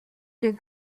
des